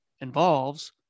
involves